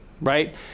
right